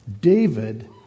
David